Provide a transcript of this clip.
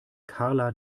karla